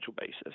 basis